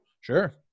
Sure